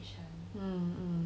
um